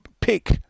pick